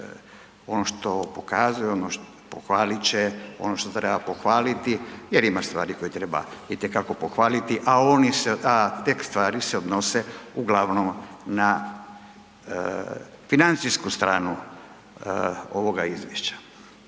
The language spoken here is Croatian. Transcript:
ono što pokazuje, pohvalit će ono što treba pohvaliti jer ima stvari koje treba itekako pohvaliti, a te stvari se odnose uglavnom na financijsku stranu ovoga izvješća.